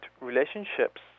relationships